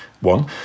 One